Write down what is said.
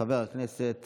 חבר הכנסת